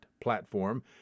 platform